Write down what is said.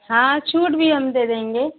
हाँ छूट भी हम दे देंगे